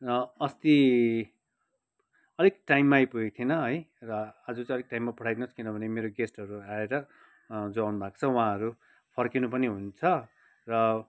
अस्ति अलिक टाइममा आइपुगेको थिएन है र आज चाहिँ अलिक टाइममा पठाई दिनुहोस् किनभने मेरो गेस्टहरू आएर जो आउनुभएको छ उहाँहरू फर्किनु पनि हुन्छ र